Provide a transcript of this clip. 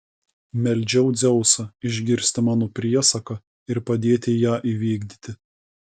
meldžiau dzeusą išgirsti mano priesaką ir padėti ją įvykdyti